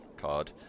card